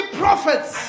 prophets